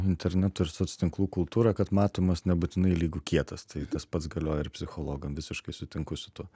interneto ir soc tinklų kultūra kad matomas nebūtinai lygu kietas tai tas pats galioja ir psichologam visiškai sutinku su tuo